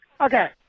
Okay